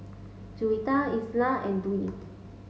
Juwita Izzat and Dwi